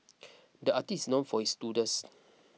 the artist's known for his doodles